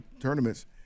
tournaments